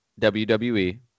WWE